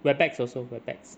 Vortex also Vortex